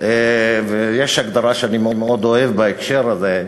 ויש הגדרה שאני מאוד אוהב בהקשר הזה,